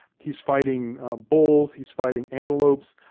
he's fighting bulls, he's fighting antelopes,